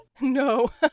No